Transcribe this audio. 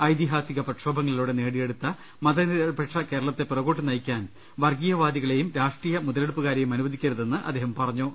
ഐതിഹാസിക പ്രക്ഷോഭങ്ങളിലൂടെ നേടിയെടുത്ത മതനിരപേക്ഷ കേരളത്തെ പിറകോട്ട് നയിക്കാൻ വർഗീയവാദികളെയും രാഷ്ട്രീയ മുതലെടുപ്പുകാരെയും അനുവദിക്കരുതെന്ന് അദ്ദേഹം പറഞ്ഞു